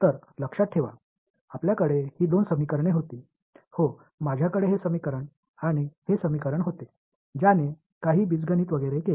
तर लक्षात ठेवा आपल्याकडे ही दोन समीकरणे होती हो माझ्याकडे हे समीकरण आणि हे समीकरण होते ज्याने काही बीजगणित वगैरे केले